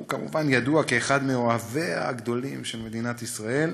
הוא כמובן ידוע כאחד מאוהביה הגדולים של מדינת ישראל.